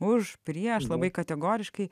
už prieš labai kategoriškai